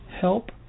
help